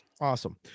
Awesome